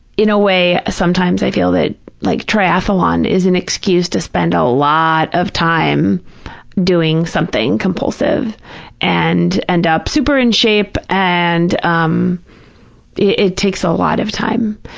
in a way, sometimes i feel that like triathlon is an excuse to spend a lot of time doing something compulsive and end up super in shape and um it takes a lot of time.